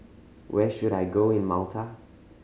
where should I go in Malta